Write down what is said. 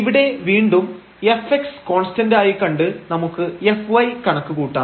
ഇവിടെ വീണ്ടും fx constants ആയി കണ്ട് നമുക്ക് fy കണക്ക് കൂട്ടാം